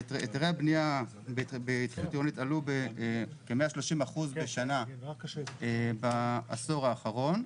היתרי הבניה בהתחדשות עירונית עלו בכ-130% בשנה בעשור האחרון.